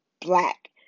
black